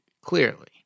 Clearly